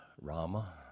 Rama